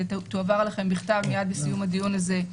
שתועבר לכם בכתב מייד בסיום הדיון הזה,